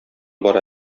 бара